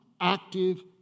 active